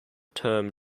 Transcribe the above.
term